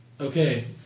Okay